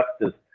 justice